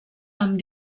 amb